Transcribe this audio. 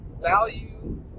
value